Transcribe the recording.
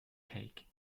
cake